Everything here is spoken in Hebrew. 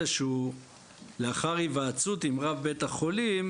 של לאחר היוועצות עם רב בית החולים,